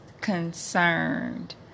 concerned